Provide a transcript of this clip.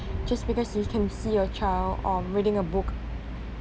just because you can see your child um reading a book